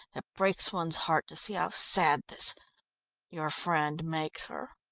it breaks one's heart to see how sad this your friend makes her.